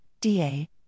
DA